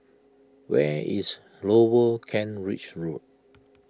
where is Lower Kent Ridge Road